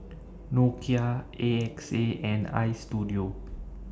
Nokia A X A and Istudio